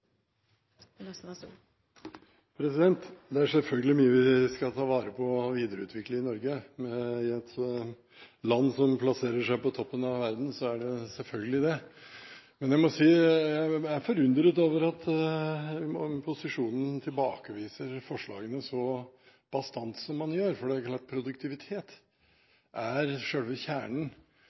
vi skal ta vare på og videreutvikle i Norge – i et land som plasserer seg på toppen av verden, selvfølgelig er det det. Men jeg må si jeg er forundret over at posisjonen tilbakeviser forslagene så bastant som man gjør, for det er klart at produktivitet er selve kjernen